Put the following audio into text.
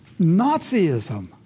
Nazism